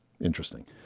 interesting